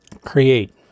create